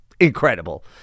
incredible